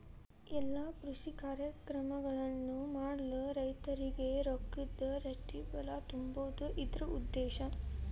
ಎಲ್ಲಾ ಕೃಷಿ ಕಾರ್ಯಕ್ರಮಗಳನ್ನು ಮಾಡಲು ರೈತರಿಗೆ ರೊಕ್ಕದ ರಟ್ಟಿಬಲಾ ತುಂಬುದು ಇದ್ರ ಉದ್ದೇಶ